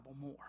more